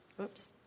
Oops